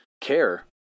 Care